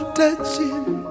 touching